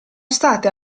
state